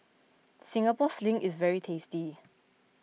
Singapore Sling is very tasty